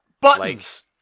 Buttons